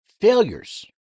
failures